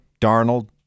Darnold